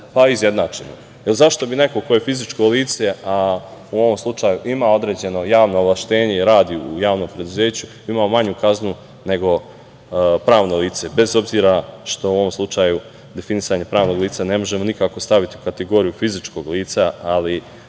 lica izjednačimo. Zašto bi neko ko je fizičko lice a u ovom slučaju ima određeno javno ovlašćenje jer radi u javnom preduzeću imao manju kaznu nego pravno lice, bez obzira što u ovom slučaju definisanje pravnog lica ne možemo nikako staviti u kategoriju fizičkog lica, ali